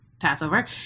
Passover